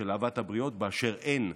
של אהבת הבריות באשר הן,